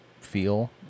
feel